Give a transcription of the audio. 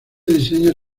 diseño